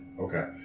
Okay